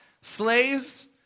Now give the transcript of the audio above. slaves